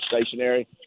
stationary